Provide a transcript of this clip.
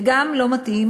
וגם לא מתאים